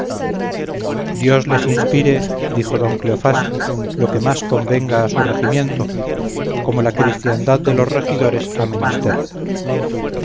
dios les inspire dijo don cleofás lo que más convenga a su regimiento como la cristiandad de los regidores ha menester en